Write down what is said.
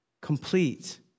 complete